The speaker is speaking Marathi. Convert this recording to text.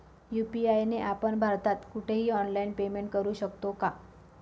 यू.पी.आय ने आपण भारतात कुठेही ऑनलाईन पेमेंट करु शकतो का?